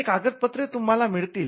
हे कागदपत्रे तुम्हाला मिळतील